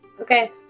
Okay